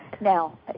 Now